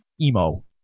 emo